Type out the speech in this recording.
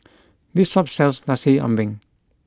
this shop sells Nasi Ambeng